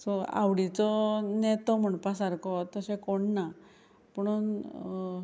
so आवडीचो नेतो म्हणपा सारको तशें कोण णा पुणून